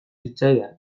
zitzaidan